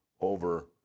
over